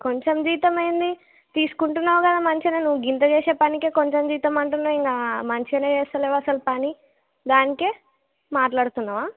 కొంచెం జీతమెంటి తీసుకుంటున్నావు కదా మంచిగానే నువ్వు ఇంత చేసే పనికే కొంచెం జీతం అంటన్నావు మంచిగానే చేస్తలేదు అసలు పని దానికే మాట్లాడుతున్నావా